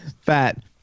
Fat